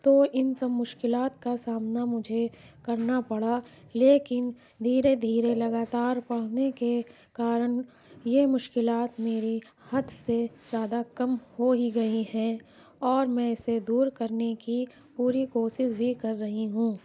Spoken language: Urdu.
تو ان سب مشکلات کا سامنا مجھے کرنا پڑا لیکن دھیرے دھیرے لگاتار پڑھنے کے کارن یہ مشکلات میری حد سے زیادہ کم ہو ہی گئی ہیں اور میں اسے دور کرنے کی پوری کوشش بھی کر رہی ہوں